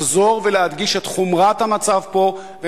לחזור ולהדגיש את חומרת המצב פה,